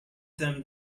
them